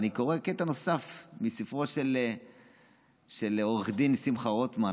ואני קורא קטע נוסף מספרו של עו"ד שמחה רוטמן,